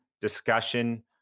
discussion